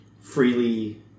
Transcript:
freely